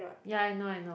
ya I know I know